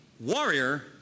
Warrior